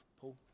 Paul